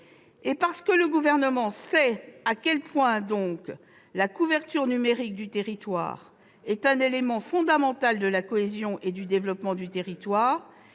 Et, parce que le Gouvernement sait à quel point la couverture numérique du territoire est un élément fondamental de la cohésion et du développement du territoire,